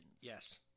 Yes